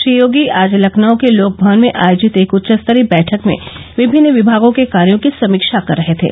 श्री योगी आज लखनऊ के लोक भवन में आयोजित एक उच्चस्तरीय वैठक में विभिन्न विभागों के कार्यो की समीक्षा कर रहे थे